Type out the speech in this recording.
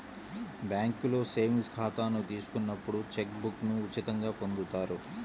బ్యేంకులో సేవింగ్స్ ఖాతాను తీసుకున్నప్పుడు చెక్ బుక్ను ఉచితంగా పొందుతారు